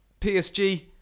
PSG